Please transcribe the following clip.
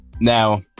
Now